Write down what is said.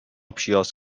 پیاز